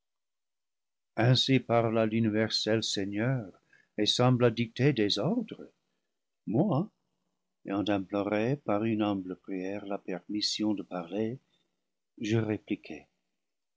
ainsi parla l'universel seigneur et sembla dicter des ordres moi ayant imploré par une humble prière la permission de parler je répliquai